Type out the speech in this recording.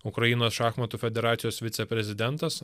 ukrainos šachmatų federacijos viceprezidentas